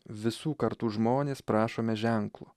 visų kartų žmonės prašome ženklu